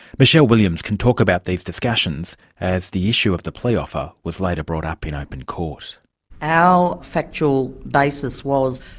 michele williams can talk about these discussions, as the issue of the plea offer was later brought up in open court. our factual basis was,